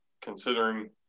considering